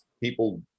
people